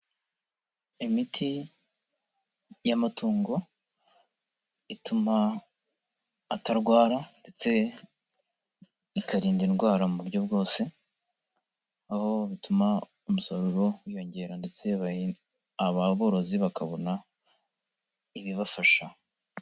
Imiti y'amatungo ituma atarwara ndetse ikarinda indwara mu buryo bwose, aho bituma umusaruro wiyongera ndetse aba borozi bakabona ibibafasha.